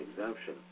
exemption